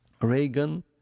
Reagan